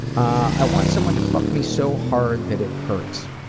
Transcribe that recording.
i want someone to fuck me so hard that it hurts,